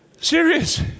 Serious